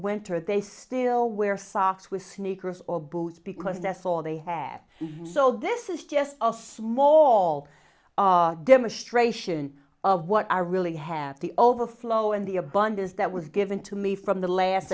winter they still wear socks with sneakers or boots because that's all they have so this is just a small demonstration of what i really have the overflow and the abundance that was given to me from the last